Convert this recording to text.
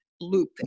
loop